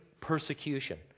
persecution